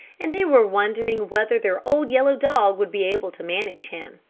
and they were wondering whether their old yellow dog would be able to manage him.